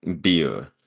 beer